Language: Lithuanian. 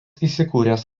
įsikūręs